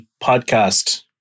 podcast